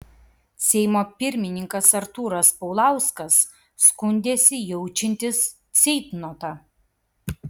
seimo pirmininkas artūras paulauskas skundėsi jaučiantis ceitnotą